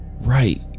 right